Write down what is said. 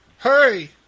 Hurry